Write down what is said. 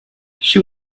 she